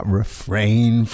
refrain